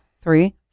three